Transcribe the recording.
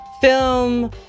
film